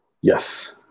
Yes